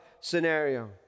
scenario